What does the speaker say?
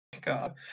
God